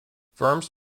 firms